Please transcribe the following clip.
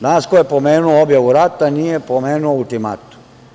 Danas ko je pomenuo objavu rata nije pomenuo ultimatum.